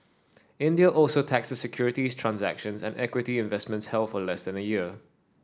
India also taxes securities transactions and equity investments held for less than a year